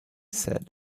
said